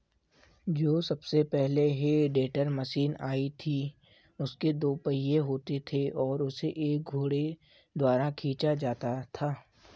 जो सबसे पहले हे टेडर मशीन आई थी उसके दो पहिये होते थे और उसे एक घोड़े द्वारा खीचा जाता था